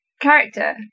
character